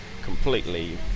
completely